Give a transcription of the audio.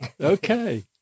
Okay